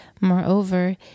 Moreover